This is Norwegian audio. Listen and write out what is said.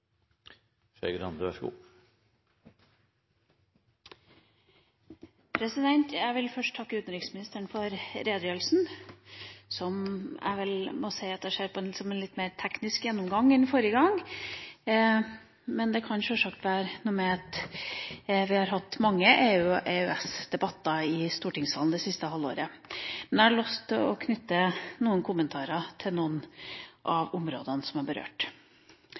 Jeg vil først takke utenriksministeren for redegjørelsen, som jeg vel må si at jeg ser på litt mer som en teknisk gjennomgang enn den forrige. Men det kan sjølsagt ha noe med det å gjøre at vi har hatt mange EU- og EØS-debatter i stortingssalen det siste halvåret. Jeg har lyst til å knytte noen kommentarer til noen av de områdene som er berørt.